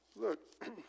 look